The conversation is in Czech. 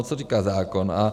Co říká zákon?